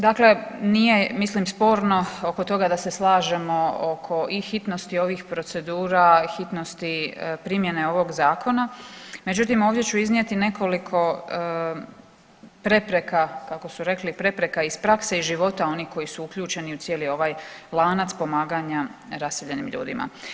Dakle, nije mislim sporno oko toga da se slažemo oko i hitnosti ovih procedura, hitnosti primjene ovog zakona, međutim ovdje ću iznijeti nekoliko prepreka, kao su rekli prepreka iz prakse i života onih koji su uključeni u cijeli ovaj lanac pomaganja raseljenim ljudima.